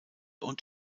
und